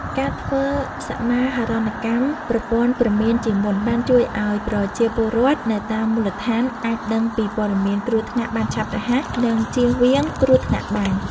ការធ្វើសមាហរណកម្មប្រព័ន្ធព្រមានជាមុនបានជួយឱ្យប្រជាពលរដ្ឋនៅតាមមូលដ្ឋាន អាចដឹងពីព័ត៌មានគ្រោះថ្នាក់បានឆាប់រហ័ស និងជៀសវាងគ្រោះថ្នាក់បាន។